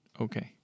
Okay